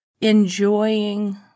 enjoying